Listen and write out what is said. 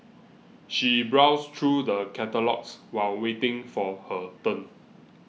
she browsed through the catalogues while waiting for her turn